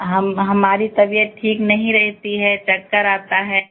हम हमारी तबीयत ठीक नहीं रहती है चक्कर आता है